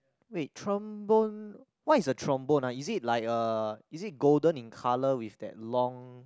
wait trombone what is a trombone uh is it like a is it golden in colour with that long